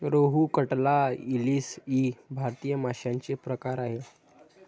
रोहू, कटला, इलीस इ भारतीय माशांचे प्रकार आहेत